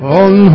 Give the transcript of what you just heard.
on